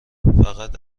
فقط